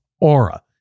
Aura